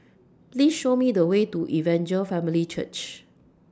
Please Show Me The Way to Evangel Family Church